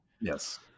Yes